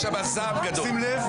יש שם זעם גדול.